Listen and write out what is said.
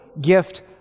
gift